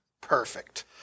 Perfect